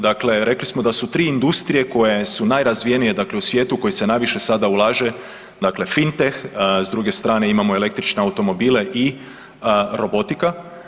Dakle, rekli smo da su tri industrije koje su nerazvijenije u svijetu u koje se najviše sada ulaže dakle fintech s druge strane imamo električne automobile i robotika.